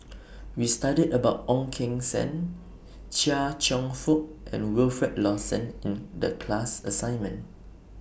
We studied about Ong Keng Sen Chia Cheong Fook and Wilfed Lawson in The class assignment